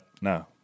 No